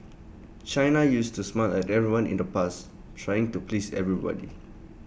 China used to smile at everyone in the past trying to please everybody